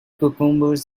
cucumbers